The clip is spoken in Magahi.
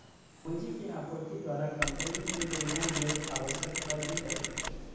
पूंजी के आपूर्ति द्वारा कंपनी में योगदान ले आवश्यक दर भी हइ